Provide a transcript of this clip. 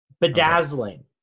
Bedazzling